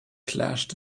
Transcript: clashed